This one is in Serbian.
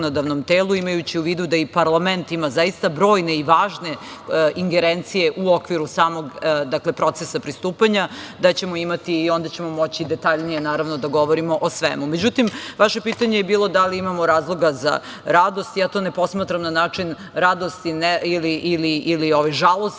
zakonodavnom telu, imajući u vidu da i parlament ima zaista brojne i važne ingerencije u okviru samog procesa pristupanja, da ćemo imati i onda ćemo moći detaljnije da govorimo o svemu.Međutim, vaše pitanje je bilo da li imamo razloga za radost. Ja to ne posmatram na način radosti ili žalosti,